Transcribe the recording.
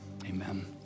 amen